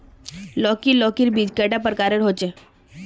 लौकी लौकीर बीज कैडा प्रकारेर होचे?